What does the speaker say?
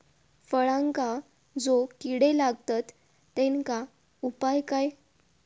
फळांका जो किडे लागतत तेनका उपाय काय?